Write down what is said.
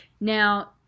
Now